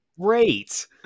Great